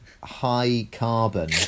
high-carbon